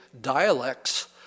dialects